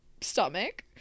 stomach